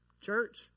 Church